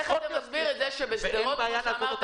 אדם אומר לי: אין לי לטיטולים.